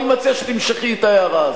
אני מציע שתמשכי את ההערה הזאת.